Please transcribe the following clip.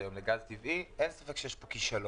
היום לגז טבעי אין ספק שיש פה כישלון.